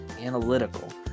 analytical